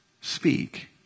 speak